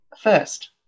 first